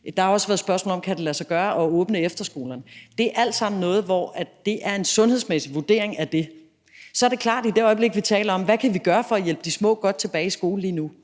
Der har også været spørgsmål om, om det kan lade sig gøre at åbne efterskolerne. Det er alt sammen noget, der er en sundhedsmæssig vurdering. Så er det klart, at i det øjeblik, vi taler om, hvad vi kan gøre for at hjælpe de små godt tilbage i skolen,